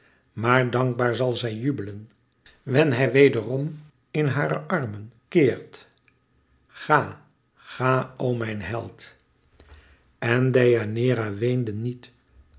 maar dankbaar zal zij jubelen wen hij wederom in hare armen keert ga ga o mijn held en deianeira weende niet